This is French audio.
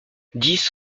dix